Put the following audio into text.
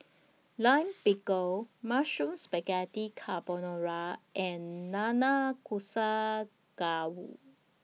Lime Pickle Mushroom Spaghetti Carbonara and Nanakusa Gayu